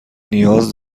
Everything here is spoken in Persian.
نیاز